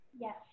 Yes